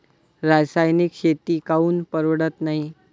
रासायनिक शेती काऊन परवडत नाई?